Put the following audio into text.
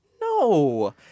No